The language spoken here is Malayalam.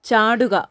ചാടുക